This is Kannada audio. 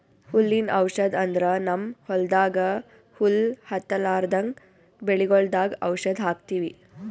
ಹುಲ್ಲಿನ್ ಔಷಧ್ ಅಂದ್ರ ನಮ್ಮ್ ಹೊಲ್ದಾಗ ಹುಲ್ಲ್ ಹತ್ತಲ್ರದಂಗ್ ಬೆಳಿಗೊಳ್ದಾಗ್ ಔಷಧ್ ಹಾಕ್ತಿವಿ